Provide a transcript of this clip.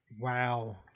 Wow